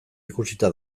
ikusita